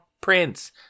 prince